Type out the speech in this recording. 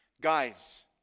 Guys